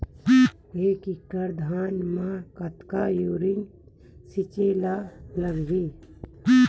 एक एकड़ धान में कतका यूरिया छिंचे ला लगही?